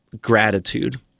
gratitude